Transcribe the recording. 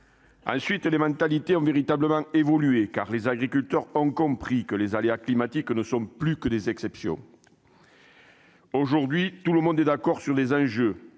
Ensuite, les mentalités ont véritablement évolué, car les agriculteurs ont compris que les aléas climatiques n'étaient plus des exceptions. Aujourd'hui, tout le monde est d'accord sur les enjeux.